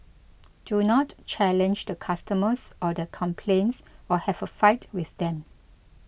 do not challenge the customers or their complaints or have a fight with them